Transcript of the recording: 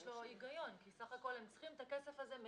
יש לו היגיון כי סך הכול הם צריכים את הכסף הזה.